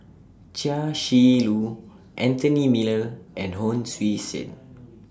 Chia Shi Lu Anthony Miller and Hon Sui Sen